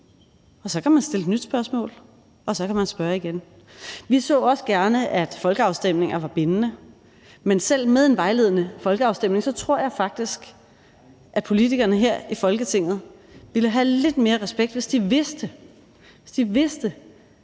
Så kan man stille et nyt spørgsmål, og så kan man spørge igen. Vi så også gerne, at folkeafstemninger var bindende, men selv med en vejledende folkeafstemning tror jeg faktisk at politikerne her i Folketinget ville have lidt mere respekt, hvis de vidste, at 70 pct.,